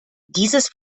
dieses